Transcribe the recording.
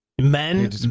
men